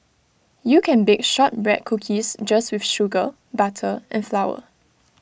you can bake Shortbread Cookies just with sugar butter and flour